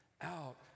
out